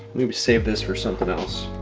maybe save this for something else.